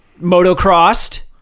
Motocrossed